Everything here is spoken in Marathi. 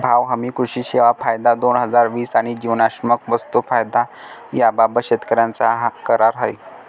भाव हमी, कृषी सेवा कायदा, दोन हजार वीस आणि जीवनावश्यक वस्तू कायदा याबाबत शेतकऱ्यांचा करार आहे